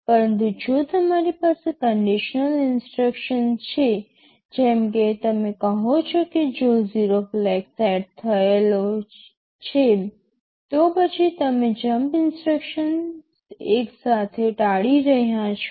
પરંતુ જો તમારી પાસે કન્ડિશનલ ઇન્સટ્રક્શન્સ છે જેમ કે તમે કહો કે જો 0 ફ્લેગ સેટ થયેલો છે તો પછી તમે જંપ ઇન્સટ્રક્શન એકસાથે ટાળી રહ્યા છો